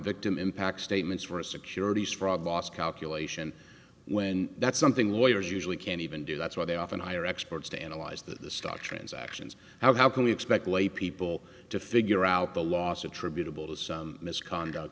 victim impact statements for securities fraud loss calculation when that's something lawyers usually can't even do that's why they often i are experts to analyze the stock transactions how can we expect laypeople to figure out the loss attributable to some misconduct